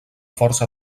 força